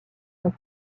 son